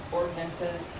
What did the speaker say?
ordinances